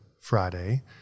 Friday